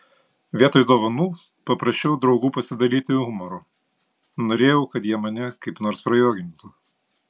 vietoj dovanų paprašiau draugų pasidalyti humoru norėjau kad jie mane kaip nors prajuokintų